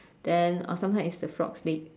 then uh sometime it's the frog's leg